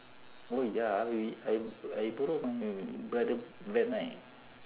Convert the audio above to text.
oh ya we I I borrowed from you brother that night